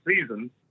season